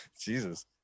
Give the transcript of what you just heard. Jesus